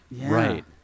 Right